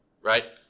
right